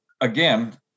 again